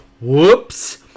Whoops